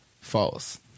false